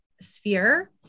sphere